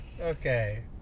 Okay